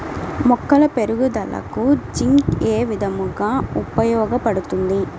మొక్కల పెరుగుదలకు జింక్ ఏ విధముగా ఉపయోగపడుతుంది?